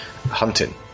hunting